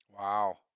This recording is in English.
wow